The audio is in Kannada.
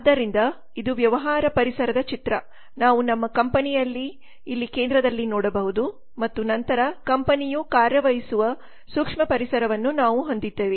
ಆದ್ದರಿಂದ ಇದು ವ್ಯವಹಾರ ಪರಿಸರದ ಚಿತ್ರ ನಾವು ನಮ್ಮ ಕಂಪನಿಯನ್ನು ಇಲ್ಲಿಕೇಂದ್ರದಲ್ಲಿ ನೋಡಬಹುದುಮತ್ತು ನಂತರ ಕಂಪನಿಯು ಕಾರ್ಯನಿರ್ವಹಿಸುವ ಸೂಕ್ಷ್ಮ ಪರಿಸರವನ್ನು ನಾವು ಹೊಂದಿದ್ದೇವೆ